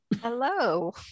Hello